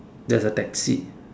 there's a taxi